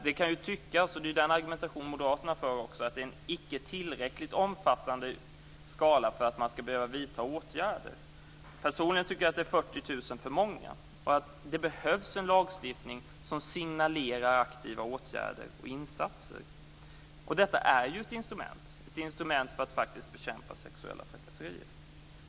Det kan tyckas vara en icke tillräckligt omfattande siffra för att man skall behöva vidta åtgärder. Det har ju också Moderaterna anfört i sin argumentation. Personligen tycker jag att det är 40 000 för många. Det behövs en lagstiftning som signalerar om aktiva åtgärder och insatser. Det är ett instrument för att bekämpa sexuella trakasserier.